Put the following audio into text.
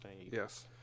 Yes